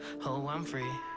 hello, i'm free